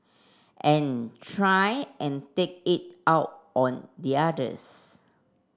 and try and take it out on the others